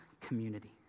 community